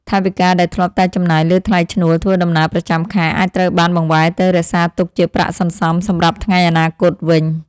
ថវិកាដែលធ្លាប់តែចំណាយលើថ្លៃឈ្នួលធ្វើដំណើរប្រចាំខែ អាចត្រូវបានបង្វែរទៅរក្សាទុកជាប្រាក់សន្សំសម្រាប់ថ្ងៃអនាគតវិញ។